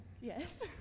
Yes